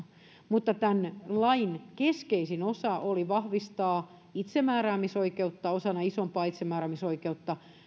mutta tämän lain keskeisin osa oli vahvistaa itsemääräämisoikeutta osana isompaa itsemääräämisoikeutta